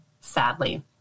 sadly